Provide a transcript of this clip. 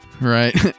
right